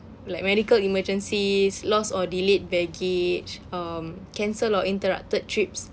like medical emergencies lost or delayed baggage um cancelled or interrupted trips